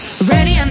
Ready